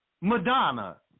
Madonna